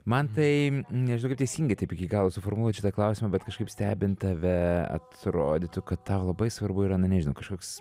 mantai nežinau kaip teisingai taip iki galo suformuluot šitą klausimą bet kažkaip stebint tave atrodytų kad tau labai svarbu yra na nežinau kažkoks